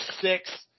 six